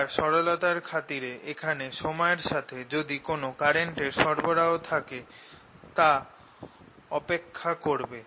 আবার সরলতার খাতিরে এখানে সময়ের সাথে যদি কোন কারেন্ট এর সরবারহ থাকে তা উপেক্ষা করব